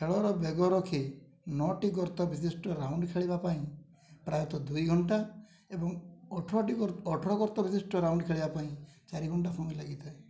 ଖେଳର ବେଗ ରଖି ନଅଟି ଗର୍ତ୍ତ ବିଶିଷ୍ଟ ରାଉଣ୍ଡ ଖେଳିବା ପାଇଁ ପ୍ରାୟତଃ ଦୁଇ ଘଣ୍ଟା ଏବଂ ଅଠର ଗର୍ତ୍ତ ବିଶିଷ୍ଟ ରାଉଣ୍ଡ ଖେଳିବା ପାଇଁ ଚାରି ଘଣ୍ଟା ସମୟ ଲାଗିଥାଏ